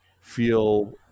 feel